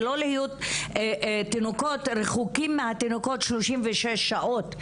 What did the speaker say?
ולא להיות רחוקים מהתינוקות 36 שעות.